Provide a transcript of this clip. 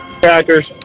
Packers